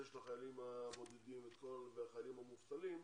של החיילים הבודדים והחיילים המובטלים,